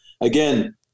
Again